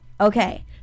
okay